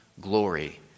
glory